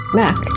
mac